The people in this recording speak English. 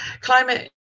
climate